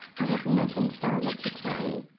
i have nothing further to say.